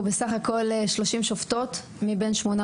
אנחנו בסך הכל 30 שופטות מבין 800